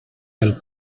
del